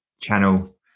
channel